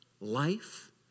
life